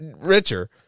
richer